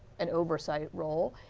an oversight role.